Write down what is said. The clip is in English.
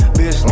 Bitch